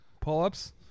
pull-ups